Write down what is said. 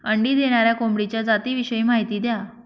अंडी देणाऱ्या कोंबडीच्या जातिविषयी माहिती द्या